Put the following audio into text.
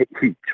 heat